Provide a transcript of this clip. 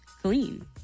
clean